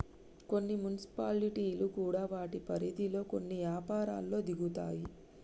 కొన్ని మున్సిపాలిటీలు కూడా వాటి పరిధిలో కొన్ని యపారాల్లో దిగుతాయి